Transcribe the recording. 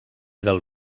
del